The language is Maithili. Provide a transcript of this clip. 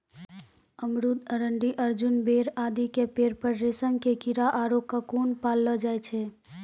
अमरूद, अरंडी, अर्जुन, बेर आदि के पेड़ पर रेशम के कीड़ा आरो ककून पाललो जाय छै